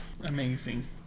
Amazing